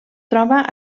troba